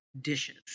dishes